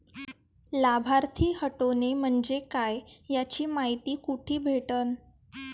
लाभार्थी हटोने म्हंजे काय याची मायती कुठी भेटन?